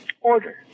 order